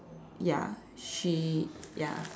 ya she ya